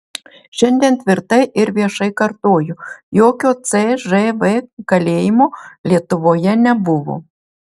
šiandien tvirtai ir viešai kartoju jokio cžv kalėjimo lietuvoje nebuvo